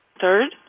third